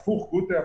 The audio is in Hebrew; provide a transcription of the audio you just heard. "הפוך גוטה,